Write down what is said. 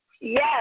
Yes